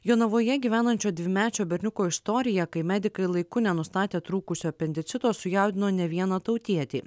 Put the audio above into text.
jonavoje gyvenančio dvimečio berniuko istorija kai medikai laiku nenustatė trūkusio apendicito sujaudino ne vieną tautietį